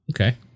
okay